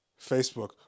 Facebook